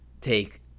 take